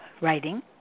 writing